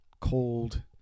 cold